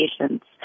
patients